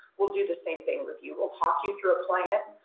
we'll do the same thing with you. we'll talk you through a plan.